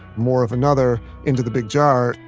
more of another, into the big jar,